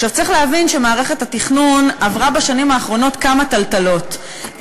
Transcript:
צריך להבין שמערכת התכנון עברה בשנים האחרונות כמה טלטלות,